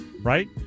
Right